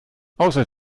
außer